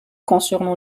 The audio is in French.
concernant